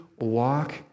walk